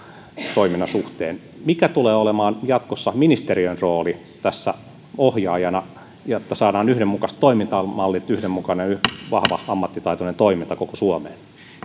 toiminnan suhteen mikä tulee olemaan jatkossa ministeriön rooli tässä ohjaajana jotta saadaan yhdenmukaiset toimintamallit yhdenmukainen vahva ammattitaitoinen toiminta koko suomeen